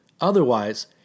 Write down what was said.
Otherwise